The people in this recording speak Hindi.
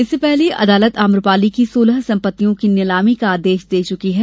इससे पहले अदालत आम्रपाली की सोलह संपत्तियों की नीलामी का आदेश दे चुकी है